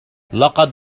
لقد